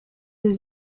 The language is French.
des